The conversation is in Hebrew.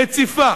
רציפה,